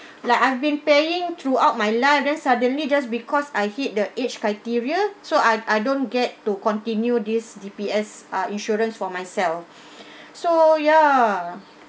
like I've been paying throughout my life then suddenly just because I hit the age criteria so I I don't get to continue this D_P_S ah insurance for myself so ya